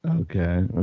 Okay